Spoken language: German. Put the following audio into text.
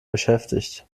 beschäftigt